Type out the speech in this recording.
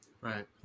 Right